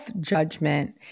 judgment